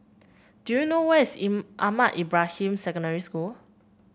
do you know where is in Ahmad Ibrahim Secondary School